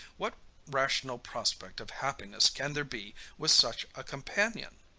what rational prospect of happiness can there be with such a companion?